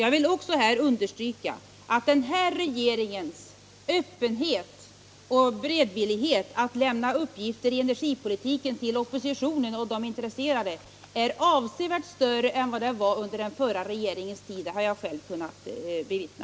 Jag vill även understryka att den här regeringens öppenhet och beredvillighet att lämna uppgifter till oppositionen och till andra intresserade i energifrågan är avsevärt större än den förra regeringens. Detta har jag själv kunnat bevittna.